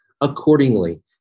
Accordingly